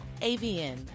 AVN